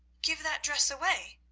give that dress away!